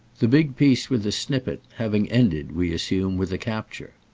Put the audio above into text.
the big piece with the snippet, having ended, we assume, with a capture.